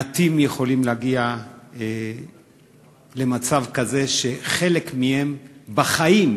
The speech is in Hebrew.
מעטים יכולים להגיע למצב כזה שחלק מהם בחיים